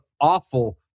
awful